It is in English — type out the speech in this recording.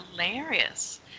hilarious